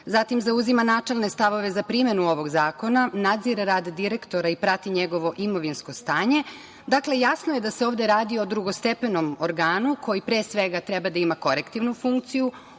zatim zauzima načelne stavove za primenu ovog zakona, nadzire rad direktora i prati njegovo imovinsko stanje. Dakle, jasno je da se ovde radi o drugostepenom organu koji, pre svega, treba da ima korektivnu funkciju,